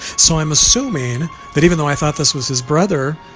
so i'm assuming that even though i thought this was his brother.